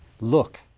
look